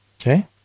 Okay